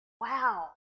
Wow